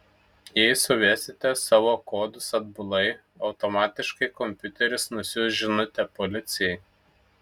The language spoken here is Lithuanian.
jei suvesite savo kodus atbulai automatiškai kompiuteris nusiųs žinutę policijai